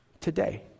today